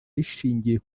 rishingiye